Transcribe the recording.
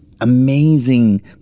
amazing